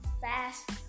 fast